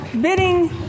bidding